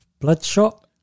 Bloodshot